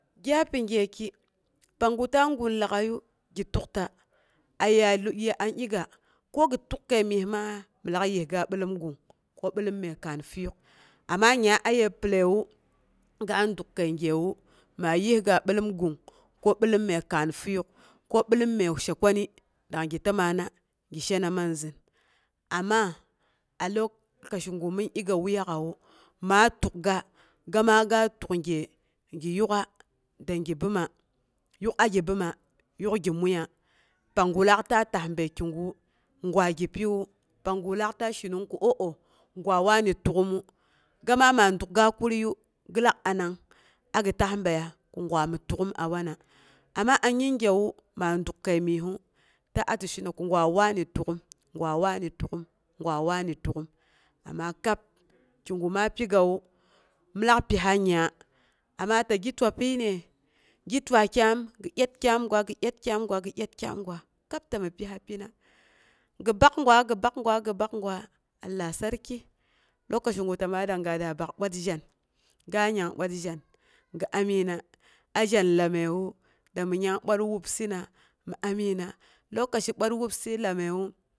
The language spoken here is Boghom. Gya a pi gyeki panggu ta goon lag'ai gɨ tukta, aya ye an ikka ko g tuk kəi myes maa min lak yisga bilom gung. Ko bilom məi kaan fieuk. Amma nya aye pəlləwu, ga duk kəi gyewu, ma yis ga bilom gung, ko ɓilom məi kaan fieuk, ko ɓilom məi she kwani, danggi təmana gi shena man zin. Ama a lokaci gu min igga wuyak'awu maa tukga gɨmaa ga tuk gye gi yuk'a dangngi bəoma. Yuk a gi bəoma, yuk muiya pangu laak ta tasbəi kigu gwa gi piwu, pangu laak ta shenong ko oh- oh gwa wani tuk'umu. gɨmaa ma dukga kuriiyu, a gi tasbəiya ko gwami tuk'um a wana. ama a yingewu maa duk kəi myessu, ta a tɨ shena ko gwa wani tuk'um, gwa wani tuk'um, gwa wani tuk'um ama kab kigu ma pigawu, min lak piha nyaa. Ama ta gi twa pyi nee, gi twa kyaam, gi dyat kyam gwa, gɨ dyat kyaam gwa, kab tami piha pino. Gi bak gwa, gi bak gwa, gi bak gwa, gi bak gwa, gi bak gwaa, allah tsarki, lokaci ta maa dangnga da bak bwat zahna ga ngyanf bwaa zhan gi amigina a zhan laməiwu dam nyang bwat wobsɨna mi amigina lokaci bwat wobsi lamməiwu.